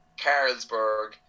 Carlsberg